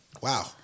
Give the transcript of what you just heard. Wow